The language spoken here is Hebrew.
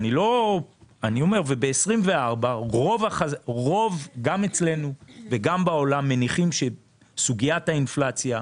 שב-2024 גם אצלנו וגם בעולם מניחים שסוגיית האינפלציה,